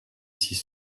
six